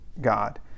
God